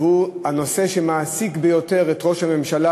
הנושא שמעסיק ביותר את ראש הממשלה.